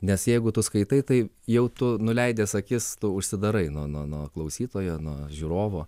nes jeigu tu skaitai tai jau tu nuleidęs akis tu užsidarai nuo nuo nuo klausytojo nuo žiūrovo